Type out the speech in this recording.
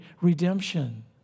redemption